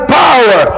power